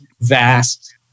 vast